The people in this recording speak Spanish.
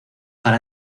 para